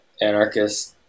anarchist